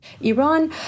Iran